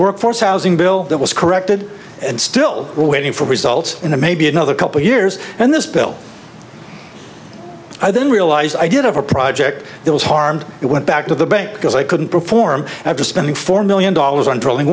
workforce housing bill that was corrected and still waiting for results in a maybe another couple years and this bill i then realized i did have a project that was harmed it went back to the bank because i couldn't perform after spending four million dollars on drilling